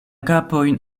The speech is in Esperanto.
kapojn